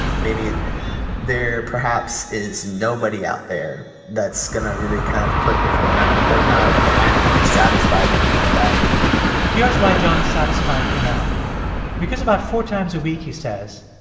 maybe there, perhaps, is nobody out there that's going to really kind of click with me. and i'm i kind of i'm satisfied with that here's why john is satisfied for now because about four times a week, he says,